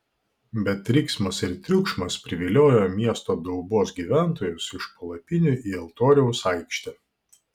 bet riksmas ir triukšmas priviliojo miesto daubos gyventojus iš palapinių į altoriaus aikštę